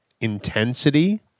intensity